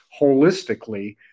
holistically